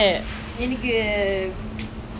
ah but I've been loving the weather these past few days